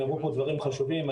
נאמרו פה דברים חשובים.